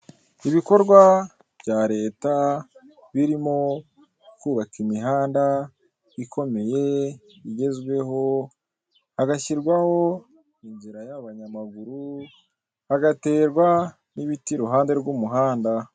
Ibikorwa bya leta birimo kubaka imihanda ikomeye igezweho hagashyirwaho inzira y'abanyamaguru, hagaterwa n'ibiti i ruhande rw'umuhanda.